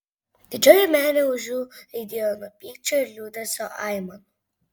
didžioji menė už jų aidėjo nuo pykčio ir liūdesio aimanų